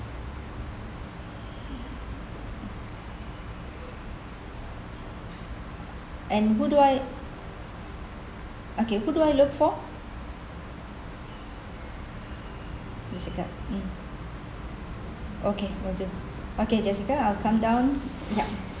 and who do I okay who do I look for jassica hmm okay will do okay jassica I'll come down ya